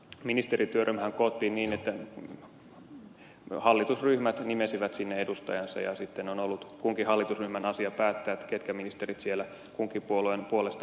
ministerityöryhmähän koottiin niin että hallitusryhmät nimesivät sinne edustajansa ja sitten on ollut kunkin hallitusryhmän asia päättää ketkä ministerit siellä kunkin puolueen puolesta istuvat